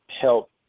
help